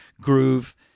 groove